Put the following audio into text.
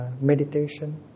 meditation